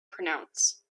pronounce